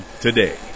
today